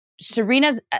Serena's